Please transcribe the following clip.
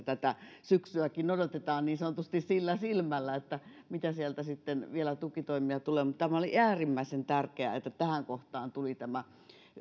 tätä syksyäkin odotetaan niin sanotusti sillä silmällä että mitä tukitoimia sieltä sitten vielä tulee mutta oli äärimmäisen tärkeää että tähän kohtaan tuli tämä